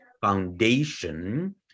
foundation